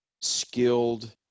skilled